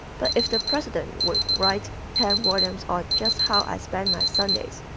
but if the president would write ten volumes on just how i spend my sundays,